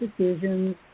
decisions